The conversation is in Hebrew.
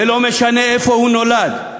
ולא משנה איפה הוא נולד,